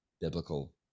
biblical